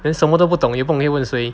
then 什么都不懂也不懂可以问谁